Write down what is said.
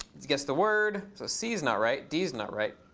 guess the word. so c is not right. d is not right.